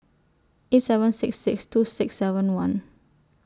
eight seven six six two six seven one